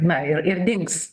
na ir ir dings